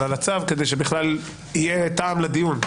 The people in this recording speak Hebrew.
אבל על הצו כדי שבכלל יהיה טעם לדיון.